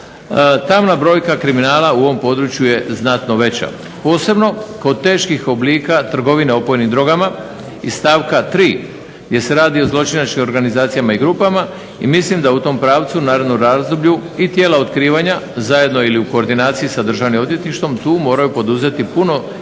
tamna brojka kriminala u ovom području je znatno veća, posebno kod teških oblika trgovine opojnim drogama iz stavka 3. gdje se radi o zločinačkim organizacijama i grupama. I mislim da u tom pravcu u narednom razdoblju i tijela otkrivanja zajedno ili u koordinaciji sa Državnim odvjetništvom tu moraju poduzeti puno jače